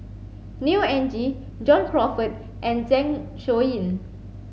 Neo Anngee John Crawfurd and Zeng Shouyin